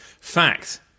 Fact